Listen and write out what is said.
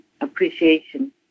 appreciation